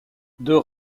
deux